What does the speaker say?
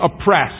oppressed